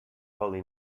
holy